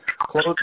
close